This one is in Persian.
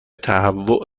تهوع